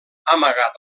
amagat